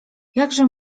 jakże